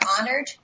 honored